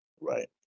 Right